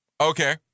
Okay